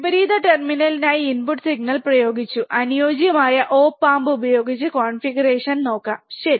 വിപരീത ടെർമിനലിനായി input signal പ്രയോഗിച്ചു അനുയോജ്യമായ op amp ഉപയോഗിച്ച് കോൺഫിഗറേഷൻ നോക്കാം ശരി